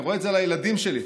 אני רואה את זה על הילדים שלי,